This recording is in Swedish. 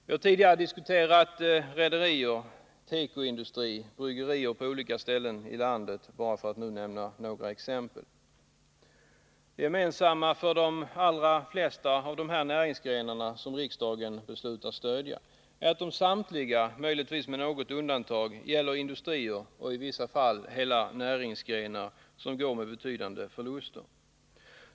Vi har tidigare diskuterat rederier, tekoindustri och bryggerier på olika ställen i landet — bara för att nu nämna några exempel. Det gemensamma för de allra flesta av de näringsgrenar som riksdagen beslutat stödja är att de samtliga — möjligtvis med något undantag — gäller industrier, och i vissa fall hela näringsgrenar, som går med betydande förluster.